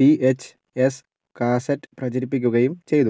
V H S cassette പ്രചരിപ്പിക്കുകയും ചെയ്തു